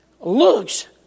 looks